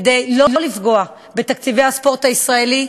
כדי שלא לפגוע בתקציבי הספורט הישראלי,